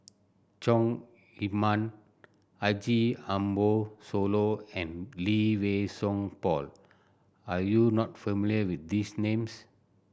Chong Heman Haji Ambo Sooloh and Lee Wei Song Paul are you not familiar with these names